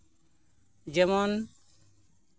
ᱡᱮᱢᱚᱱ